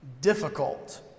difficult